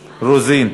רוזין.